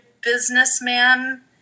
businessman